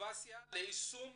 מוטיבציה ליישום